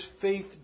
faith